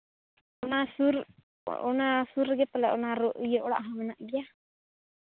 ᱚᱱᱟ ᱥᱩᱨ ᱚᱱᱟ ᱥᱩᱨ ᱨᱮᱜᱮ ᱛᱟᱞᱮ ᱚᱱᱟ ᱤᱭᱟᱹ ᱚᱲᱟᱜ ᱦᱚᱸ ᱢᱮᱱᱟᱜ ᱜᱮᱭᱟ